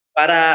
para